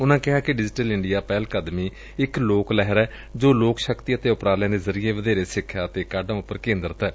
ਉਨੂਾ ਕਿਹਾ ਕਿ ਡਿਜੀਟਲ ਇੰਡੀਆ ਪਹਿਲ ਕਦਮੀ ਇਕ ਲੋਕ ਲਹਿਰ ਏ ਜੋ ਲੋਕ ਸ਼ਕਤੀ ਅਤੇ ਊਪਰਾਲਿਆ ਦੇ ਜ਼ਰੀਏ ਵਧੇਰੇ ਸਿੱਖਿਆ ਅਤੇ ਕਾਢਾਂ ਉਪਰ ਕੇਂਦਰਿਤ ਏ